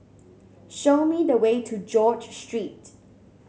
show me the way to George Street